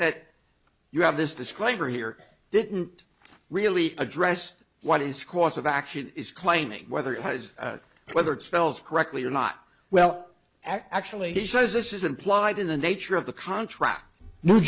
that you have this disclaimer here didn't really address what is cause of action is claiming whether it was whether it spells correctly or not well actually he says this is implied in the nature of the contract